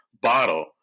bottle